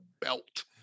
belt